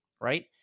right